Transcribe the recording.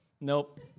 Nope